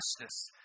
justice